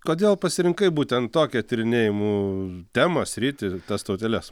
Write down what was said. kodėl pasirinkai būtent tokią tyrinėjimų temą sritį tas tauteles